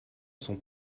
sont